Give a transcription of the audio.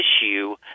issue